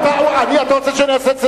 אני רואה בהערכה,